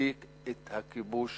להפסיק את הכיבוש